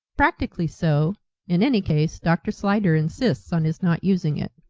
practically so in any case, dr. slyder insists on his not using it.